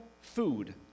food